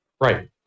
right